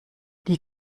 die